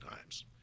times